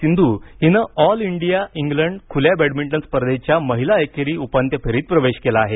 सिंधू हिनं all England खुल्या badminton स्पर्धेच्या महिला एकेरी उपांत्य फेरीत प्रवेश केला आहे